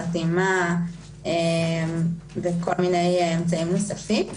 חתימה וכל מיני אמצעים נוספים.